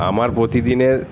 আমার প্রতিদিনের